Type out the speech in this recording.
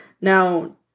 Now